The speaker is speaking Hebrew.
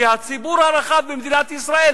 שהציבור הרחב במדינת ישראל